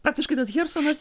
praktiškai tas hjersonas